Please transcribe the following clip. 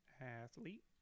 Athlete